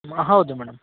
ಹೌದು ಮೇಡಮ್